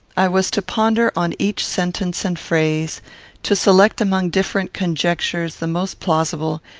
i was to ponder on each sentence and phrase to select among different conjectures the most plausible,